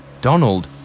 Donald